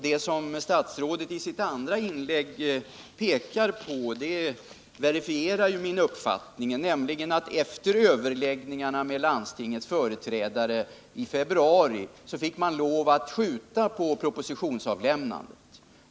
Det som statsrådet i sitt andra inlägg pekar på verifierar min uppfattning. Efter överläggningarna med landstingets företrädare i februari fick man lov att skjuta på propositionsavlämnandet.